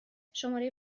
شماره